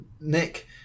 Nick